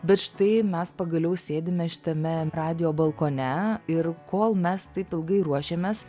bet štai mes pagaliau sėdime šitame radijo balkone ir kol mes taip ilgai ruošėmės